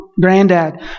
granddad